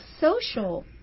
social